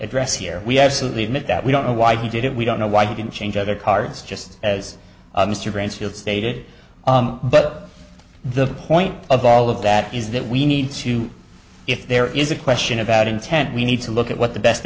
address here we absolutely admit that we don't know why he did it we don't know why they didn't change other cards just as stated but the point of all of that is that we need to if there is a question about intent we need to look at what the best